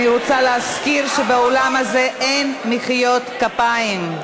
אני רוצה להזכיר שבאולם הזה אין מחיאות כפיים.